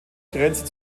grenze